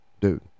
dude